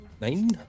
Nine